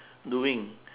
doing